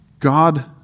God